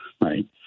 right